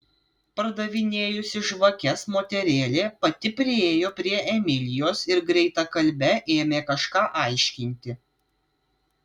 pardavinėjusi žvakes moterėlė pati priėjo prie emilijos ir greitakalbe ėmė kažką aiškinti